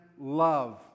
love